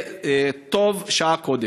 ויפה שעה אחת קודם.